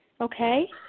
Okay